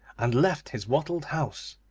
and left his wattled house,